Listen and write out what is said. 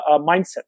mindset